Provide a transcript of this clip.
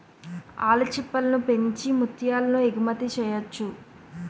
ఆల్చిప్పలను పెంచి ముత్యాలను ఎగుమతి చెయ్యొచ్చు